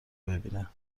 ببینه